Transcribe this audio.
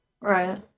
Right